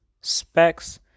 specs